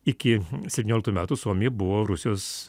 iki septynioliktų metų suomiai buvo rusijos